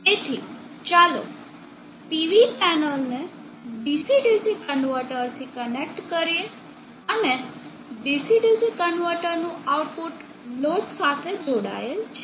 તેથી ચાલો PV પેનલને DC DC કન્વર્ટરથી કનેક્ટ કરીએ અને DC DC કન્વર્ટરનું આઉટપુટ લોડ સાથે જોડાયેલ છે